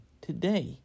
today